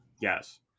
Yes